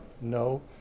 No